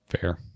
fair